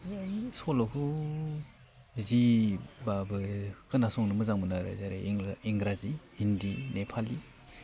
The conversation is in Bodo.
सल'खौ जिबाबो खोनासंनो मोजां मोनो आरो जेरै इंराजि हिन्दि नेपालि